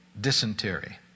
dysentery